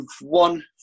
one